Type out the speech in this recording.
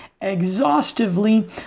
exhaustively